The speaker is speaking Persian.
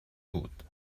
بود